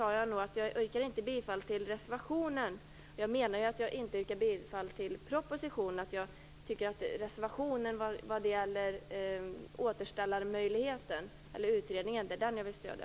Jag sade nog att jag inte yrkade bifall till reservationen. Jag menade att jag inte yrkar bifall till förslagen i propositionen. Det är reservationen vad gäller återställarmöjligheten, eller utredningen, som jag vill stödja.